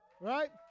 Right